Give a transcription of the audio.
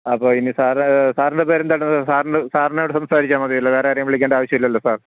അപ്പോൾ ഇനി സാറ് സാറിൻ്റെ പേരെന്താണ് സാറ് സാറിനോട് സംസാരിച്ചാൽ മതിയല്ലോ വേറെ ആരേയും വിളിക്കേണ്ട ആവശ്യമില്ലല്ലോ സാർ